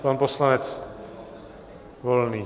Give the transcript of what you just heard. Pan poslanec Volný.